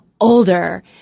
older